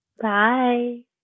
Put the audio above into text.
Bye